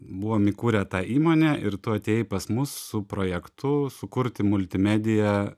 buvom įkūrę tą įmonę ir tu atėjai pas mus su projektu sukurti multimediją